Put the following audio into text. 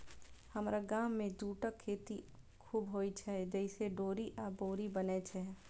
हमरा गाम मे जूटक खेती खूब होइ छै, जइसे डोरी आ बोरी बनै छै